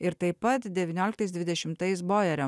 ir taip pat devynioliktais dvidešimtais bojerio